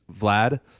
Vlad